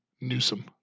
Newsom